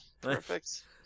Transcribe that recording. perfect